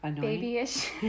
babyish